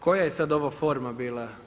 Koja je sada ovo forma bila?